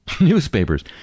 newspapers